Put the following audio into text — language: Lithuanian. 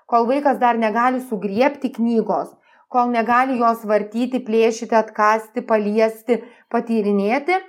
kol vaikas dar negali sugriebti knygos kol negali jos vartyti plėšyti atkąsti paliesti patyrinėti